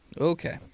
Okay